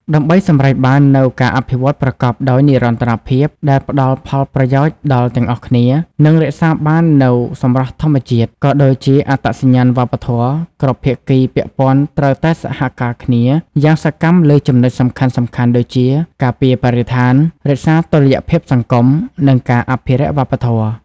ដើម្បីសម្រេចបាននូវការអភិវឌ្ឍប្រកបដោយនិរន្តរភាព ដែលផ្តល់ផលប្រយោជន៍ដល់ទាំងអស់គ្នា និងរក្សាបាននូវសម្រស់ធម្មជាតិ ក៏ដូចជាអត្តសញ្ញាណវប្បធម៌ គ្រប់ភាគីពាក់ព័ន្ធត្រូវតែសហការគ្នាយ៉ាងសកម្មលើចំណុចសំខាន់ៗដូចជា ការពារបរិស្ថាន រក្សាតុល្យភាពសង្គម និងអភិរក្សវប្បធម៌។